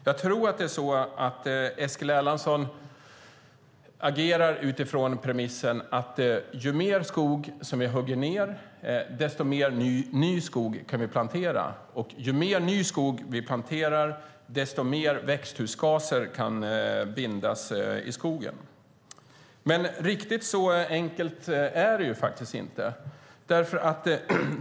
Jag tror att Eskil Erlandsson agerar utifrån premissen att ju mer skog vi hugger ned, desto mer ny skog kan vi plantera, och ju mer ny skog vi planterar, desto mer växthusgaser kan bindas i skogen. Men riktigt så enkelt är det inte.